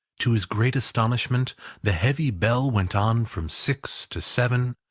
to his great astonishment the heavy bell went on from six to seven,